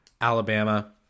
Alabama